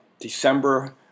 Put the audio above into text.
December